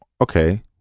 okay